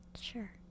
Sure